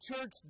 church